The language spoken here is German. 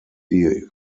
die